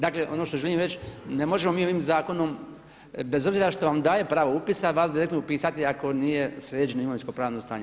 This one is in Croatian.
Dakle ono što želim reći, ne možemo mi ovim zakonom, bez obzira što vam daje pravo upisa vas direktno upisati ako nije sređeno imovinsko pravno stanje.